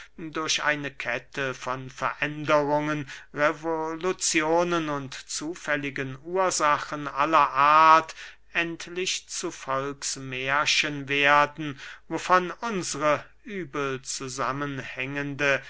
durch eine kette von veränderungen revoluzionen und zufälligen ursachen aller art endlich zu volksmährchen werden wovon unsre übel zusammenhängende